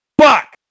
Fuck